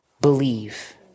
believe